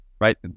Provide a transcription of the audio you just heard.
right